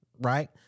right